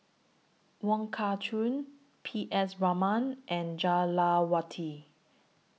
Wong Kah Chun P S Raman and Jah Lelawati